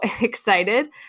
excited